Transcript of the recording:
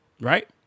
right